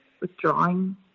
withdrawing